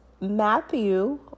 Matthew